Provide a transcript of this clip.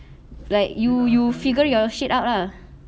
like you you figure your shit out lah